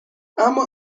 اما